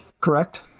Correct